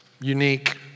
unique